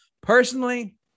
Personally